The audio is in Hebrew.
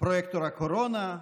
פרויקטור הקורונה,